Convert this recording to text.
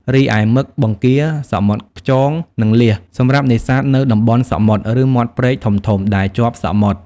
រីឯ មឹក បង្គា សមុទ្រខ្យង និងលៀស សម្រាប់នេសាទនៅតំបន់សមុទ្រ ឬមាត់ព្រែកធំៗដែលជាប់សមុទ្រ។